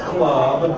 Club